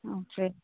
okay